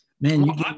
man